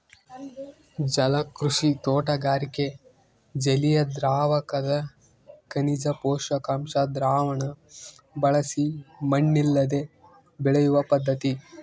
ಜಲಕೃಷಿ ತೋಟಗಾರಿಕೆ ಜಲಿಯದ್ರಾವಕದಗ ಖನಿಜ ಪೋಷಕಾಂಶ ದ್ರಾವಣ ಬಳಸಿ ಮಣ್ಣಿಲ್ಲದೆ ಬೆಳೆಯುವ ಪದ್ಧತಿ